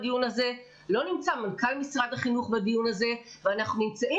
לא נמצא מנכ"ל משרד החינוך ואנחנו נמצאים